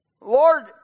Lord